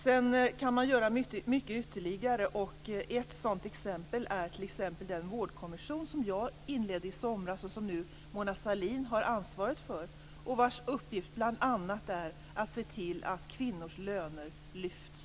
Sedan kan man göra mycket ytterligare. Ett sådant exempel är den vårdkommission som jag inledde i somras, och som Mona Sahlin har ansvaret för, vars uppgift bl.a. är att se till att kvinnors löner lyfts.